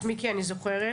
את מיקי אני זוכרת.